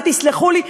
ותסלחו לי,